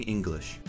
English